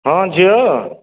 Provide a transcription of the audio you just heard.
ହଁ ଝିଅ